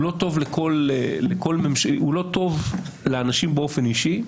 הוא לא טוב לאנשים באופן אישי.